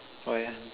why ah